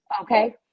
okay